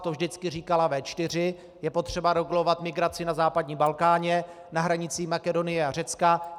To vždycky říkala V4: je potřeba regulovat migraci na západním Balkánu, na hranici Makedonie a Řecka.